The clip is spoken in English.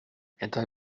anti